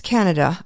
Canada